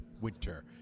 winter